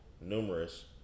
numerous